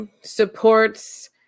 supports